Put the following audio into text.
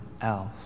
else